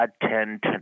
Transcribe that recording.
attend